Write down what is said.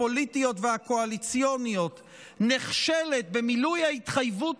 הפוליטיות והקואליציוניות נכשלת במילוי ההתחייבות